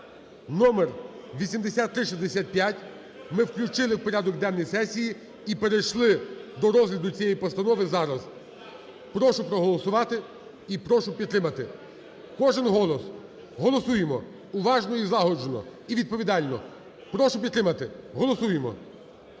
(номер 8365) ми включили в порядок денний сесії і перейшли до розгляду цієї постанови зараз. Прошу проголосувати і прошу підтримати. Кожен голос, голосуємо уважно і злагоджено, і відповідально. Прошу підтримати, голосуємо.